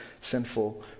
sinful